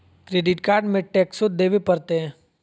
Credit card में टेक्सो देवे परते?